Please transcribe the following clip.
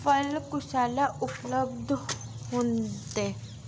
फल कुसलै उपलब्ध होंदे